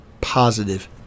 positive